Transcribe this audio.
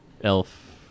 elf